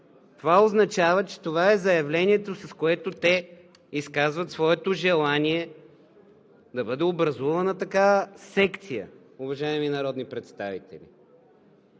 Това означава, че това е заявлението, с което те изказват своето желание да бъде образувана такава секция, уважаеми народни представители.